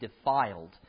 defiled